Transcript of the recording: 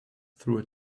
through